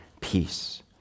peace